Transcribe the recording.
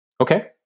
Okay